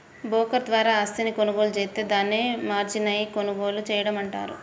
broker ద్వారా ఆస్తిని కొనుగోలు జేత్తే దాన్ని మార్జిన్పై కొనుగోలు చేయడం అంటారు